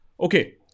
Okay